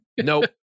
Nope